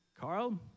Carl